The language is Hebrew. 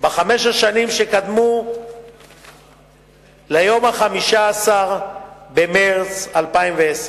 בחמש השנים שקדמו ליום 15 במרס 2010,